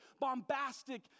bombastic